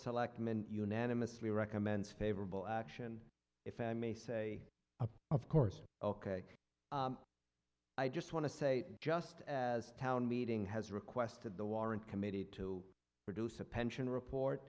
selectmen unanimously recommends favorable action if i may say of course ok i just want to say just as town meeting has requested the warrant committee to produce a pension report